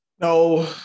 No